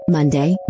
Monday